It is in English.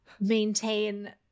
maintain